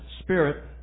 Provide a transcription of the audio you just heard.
spirit